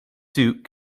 suit